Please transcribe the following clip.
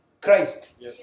Christ